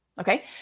okay